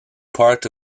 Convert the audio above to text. part